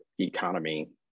economy